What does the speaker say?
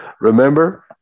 Remember